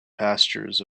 pastures